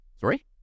Sorry